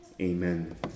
amen